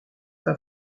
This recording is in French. pas